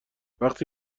وقتی